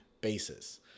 basis